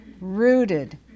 rooted